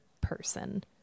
person